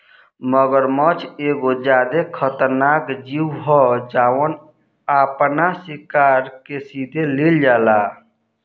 मगरमच्छ एगो ज्यादे खतरनाक जिऊ ह जवन आपना शिकार के सीधे लिल जाला